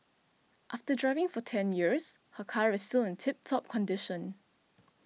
after driving for ten years her car is still in tip top condition